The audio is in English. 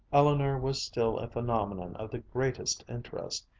eleanor was still a phenomenon of the greatest interest,